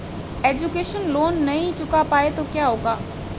Education loan नहीं चुका पाए तो क्या होगा?